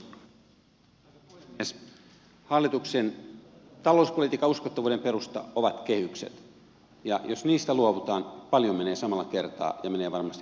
hallituksen talouspolitiikan uskottavuuden perusta ovat kehykset ja jos niistä luovutaan paljon menee samalla kertaa ja menee varmasti myöskin luottoluokitus